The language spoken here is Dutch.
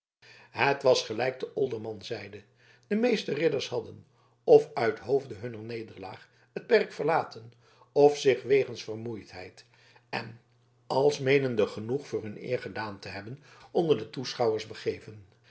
het was gelijk de olderman zeide de meeste ridders hadden f uithoofde hunner nederlaag het perk verlaten f zich wegens vermoeidheid en als meenende genoeg voor hun eer gedaan te hebben onder de toeschouwers begeven